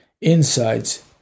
insights